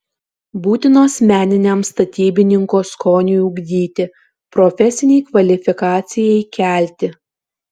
būtinos meniniam statybininko skoniui ugdyti profesinei kvalifikacijai kelti